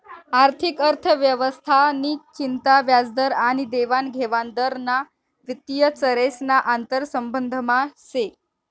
आर्थिक अर्थव्यवस्था नि चिंता व्याजदर आनी देवानघेवान दर ना वित्तीय चरेस ना आंतरसंबंधमा से